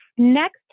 Next